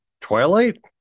Twilight